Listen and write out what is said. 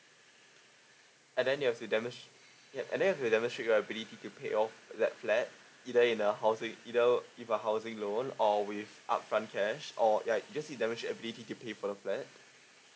and then you have to demons~ yeah and then you have to demonstrate your ability to pay off that flat either in the housing either give a housing loan or with upfront cash or yeah you just need demonstrate ability to pay for the flat